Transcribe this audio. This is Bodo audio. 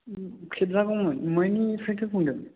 खेबजागौमोन बहायनिफ्रायथो बुंदों